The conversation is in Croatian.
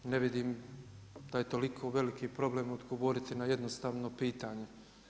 Ne vidim da je toliko veliki problem odgovoriti na jednostavno pitanje.